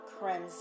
crimson